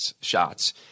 shots